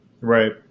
Right